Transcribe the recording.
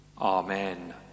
Amen